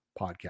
podcast